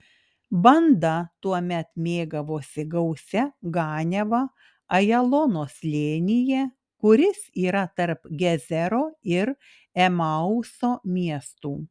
banda tuomet mėgavosi gausia ganiava ajalono slėnyje kuris yra tarp gezero ir emauso miestų